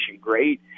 great